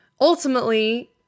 ultimately